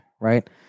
right